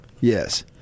yes